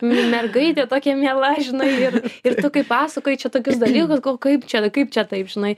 mergaitė tokia miela žinaiir ir kaip pasakoji čia tokius dalykus kaip čia kaip čia taip žinai